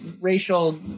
racial